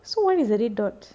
so what is the red dot